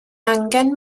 angen